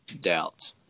doubt